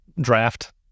draft